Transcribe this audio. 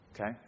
Okay